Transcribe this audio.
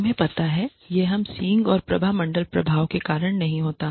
तुम्हें पता है यह हम सींग और प्रभामंडल प्रभाव के कारण नहीं होता है